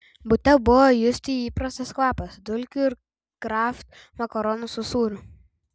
bute buvo justi įprastas kvapas dulkių ir kraft makaronų su sūriu